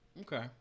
Okay